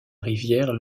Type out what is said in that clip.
rivière